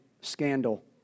scandal